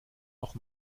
noch